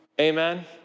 Amen